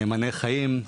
נאמני חיים.